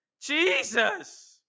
Jesus